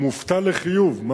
מופתע לחיוב.